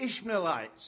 Ishmaelites